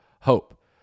hope